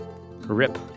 Rip